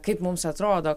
kaip mums atrodo